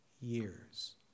years